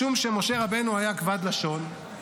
משום שמשה רבנו היה כבד לשון,